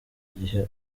gihe